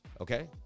okay